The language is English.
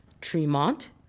Tremont